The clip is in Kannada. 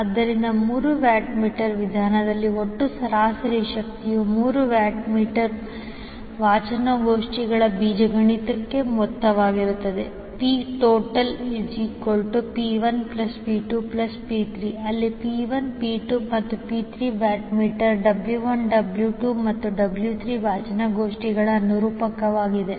ಆದ್ದರಿಂದ ಮೂರು ವ್ಯಾಟ್ ಮೀಟರ್ ವಿಧಾನದ ಒಟ್ಟು ಸರಾಸರಿ ಶಕ್ತಿಯು ಮೂರು ವ್ಯಾಟ್ ಮೀಟರ್ ವಾಚನಗೋಷ್ಠಿಗಳ ಬೀಜಗಣಿತ ಮೊತ್ತವಾಗಿರುತ್ತದೆ 𝑃𝑇 𝑃1 𝑃2 𝑃3 ಅಲ್ಲಿ 𝑃1 𝑃2 ಮತ್ತು 𝑃3 ವಾಟ್ಮೀಟರ್ 𝑊1 𝑊2 ಮತ್ತು 𝑊3 ನ ವಾಚನಗೋಷ್ಠಿಗೆ ಅನುರೂಪವಾಗಿದೆ